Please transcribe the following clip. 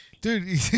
Dude